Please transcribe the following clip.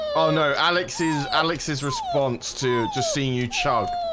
oh, no. alex is alex's response to just seeing you chug